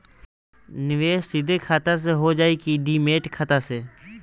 निवेश सीधे खाता से होजाई कि डिमेट खाता से?